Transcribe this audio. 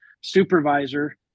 supervisor